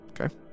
Okay